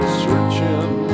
searching